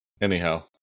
anyhow